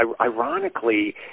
ironically